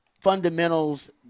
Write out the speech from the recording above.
fundamentals